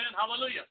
hallelujah